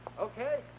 Okay